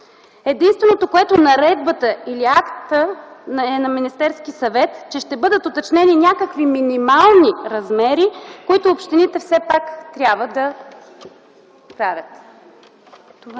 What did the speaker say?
Единственото, което наредбата или актът на Министерския съвет, е, че ще бъдат уточнени някакви минимални размери, които общините все пак трябва да правят.